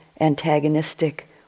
antagonistic